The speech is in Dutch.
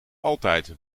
altijd